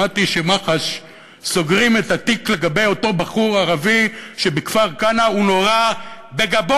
שמעתי שמח"ש סוגרים את התיק לגבי אותו בחור ערבי מכפר-כנא שנורה בגבו.